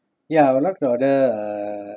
ya I would like to order uh